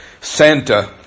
Santa